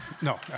No